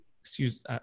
excuse